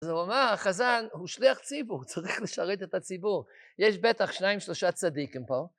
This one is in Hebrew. אז הוא אמר, החזן הוא שליח ציבור, צריך לשרת את הציבור. יש בטח שניים-שלושה צדיקים פה.